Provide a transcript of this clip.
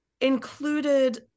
included